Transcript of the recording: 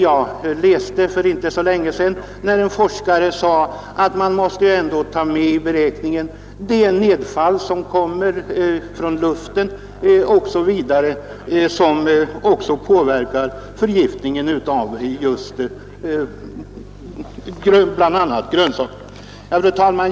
Jag läste för inte så länge sedan att en forskare sagt, att man ändå måste ta med i beräkningen det nedfall som sker genom luften och som även det påverkar förgiftningen av bl.a. grönsaker. Fru talman!